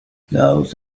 those